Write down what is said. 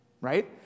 right